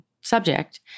subject